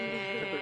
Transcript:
נכון.